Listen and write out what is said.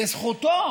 לזכותו